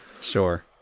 sure